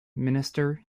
minister